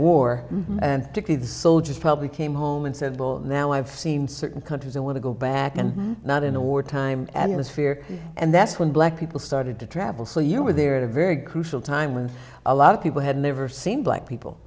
war and dickey the soldiers probably came home and said well now i've seen certain countries i want to go back and not in a war time and it was fear and that's when black people started to travel so you were there at a very crucial time when a lot of people had never seen black people